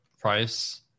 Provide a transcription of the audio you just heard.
price